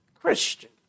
Christian